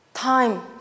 time